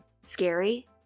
Scary